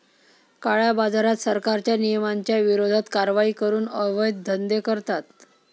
काळ्याबाजारात, सरकारच्या नियमांच्या विरोधात कारवाई करून अवैध धंदे करतात